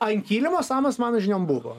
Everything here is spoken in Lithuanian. ant kilimo samas mano žiniom buvo